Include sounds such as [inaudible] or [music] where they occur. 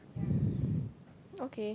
[breath] okay